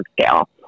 scale